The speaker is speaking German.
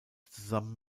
zusammen